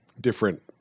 different